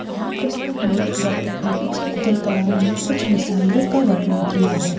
पहेली पुस्तक में doctor A P J Abdul Kalam ने कुछ मिसाइलों का वर्णन किया है